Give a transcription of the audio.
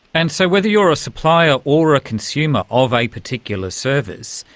and so whether you are a supplier or a consumer of a particular service,